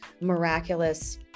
miraculous